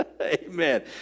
Amen